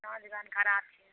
नाँच गान खराब छै